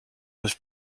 was